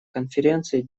конференции